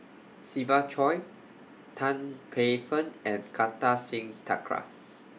Siva Choy Tan Paey Fern and Kartar Singh Thakral